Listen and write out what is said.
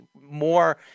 more